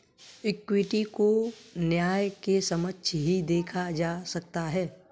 equity को न्याय के समक्ष ही देखा जा सकता है